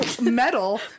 Metal